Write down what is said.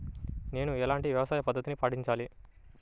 నేను ఎలాంటి వ్యవసాయ పద్ధతిని పాటించాలి?